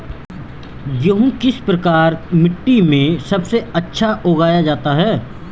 गेहूँ किस प्रकार की मिट्टी में सबसे अच्छा उगाया जाता है?